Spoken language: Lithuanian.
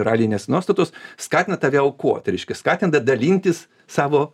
moralinės nuostatos skatina tave aukot reiškia skatinti dalintis savo